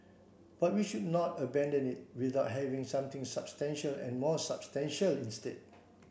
but we should not abandon it without having something substantial and more substantial instead